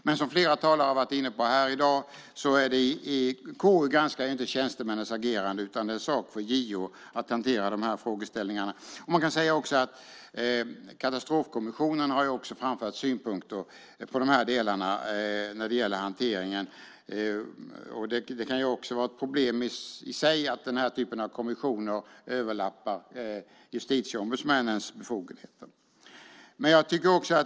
Men som flera talare har varit inne på här i dag granskar inte KU tjänstemännens agerande, utan det är en sak för JO att hantera. Katastrofkommissionen har också framfört synpunkter på de delar som gäller hanteringen. Det kan vara ett problem i sig att den här typen av kommissioner överlappar Justitieombudsmannens befogenheter.